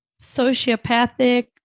sociopathic